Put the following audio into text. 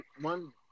one